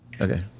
Okay